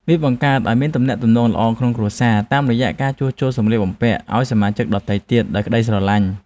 វាបង្កើតឱ្យមានទំនាក់ទំនងល្អក្នុងគ្រួសារ តាមរយៈការជួយជួសជុលសម្លៀកបំពាក់ឱ្យសមាជិកដទៃទៀតដោយក្ដីស្រឡាញ់។